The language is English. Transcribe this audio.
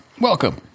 welcome